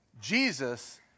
Jesus